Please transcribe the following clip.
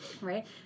right